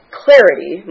clarity